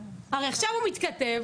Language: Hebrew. הרי עכשיו הוא מתכתב